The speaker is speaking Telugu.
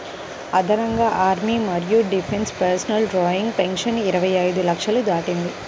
అదనంగా ఆర్మీ మరియు డిఫెన్స్ పర్సనల్ డ్రాయింగ్ పెన్షన్ ఇరవై ఐదు లక్షలు దాటింది